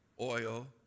oil